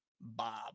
Bob